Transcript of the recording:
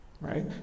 right